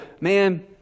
man